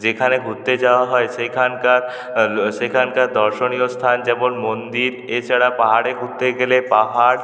যেখানে ঘুরতে যাওয়া হয় সেইখানকার সেইখানকার দর্শনীয় স্থান যেমন মন্দির এ ছাড়া পাহাড়ে ঘুরতে গেলে পাহাড়